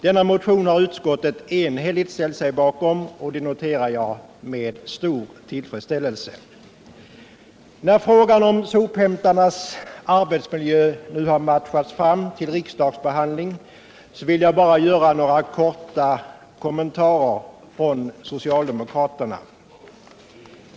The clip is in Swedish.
Denna motion har utskottet enhälligt ställt sig bakom, och det noterar jag med stor tillfredsställelse. När frågan om sophämtarnas arbetsmiljö nu har matchats fram till riksdagsbehandling vill jag bara göra några kortare kommentarer från socialdemokraterna.